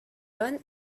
run